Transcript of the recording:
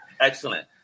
Excellent